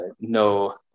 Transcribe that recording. no